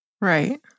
Right